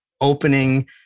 opening